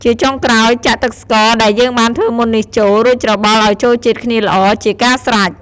ជាចុងក្រោយ ចាក់ទឹកស្ករដែលយើងបានធ្វើមុននេះចូល រួចច្របល់ឱ្យចូលជាតិគ្នាល្អជាការស្រេច។